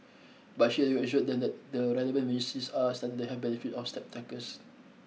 but she assured them that the relevant are studying the health benefits of step trackers